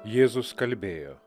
jėzus kalbėjo